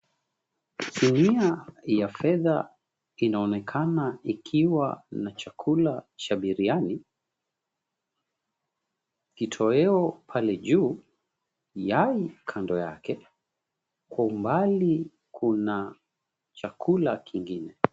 Sinia ya fedha inaonekana ikiwa na chakula cha biriani, kitoweo pale juu, yai kando yake, kwa umbali kuna chakula kingine.